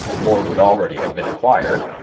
more would already have been acquired,